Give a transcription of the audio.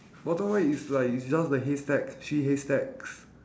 bottom right is like it's just the haystack three haystacks